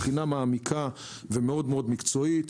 בחינה מעמיקה ומאוד מאוד מקצועית,